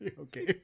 Okay